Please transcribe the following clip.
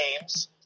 games